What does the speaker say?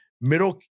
middle